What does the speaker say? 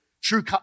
true